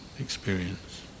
experience